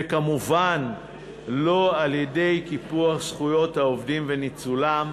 וכמובן לא על-ידי קיפוח זכויות העובדים וניצולם,